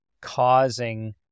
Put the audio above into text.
causing